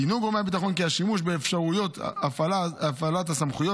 ציינו גורמי הביטחון כי השימוש באפשרויות הפעלת הסמכויות